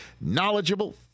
knowledgeable